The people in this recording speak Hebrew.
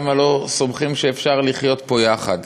למה לא סומכים שאפשר לחיות ביחד?